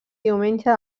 diumenge